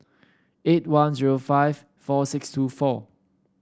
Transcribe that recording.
eight one zero five four six two four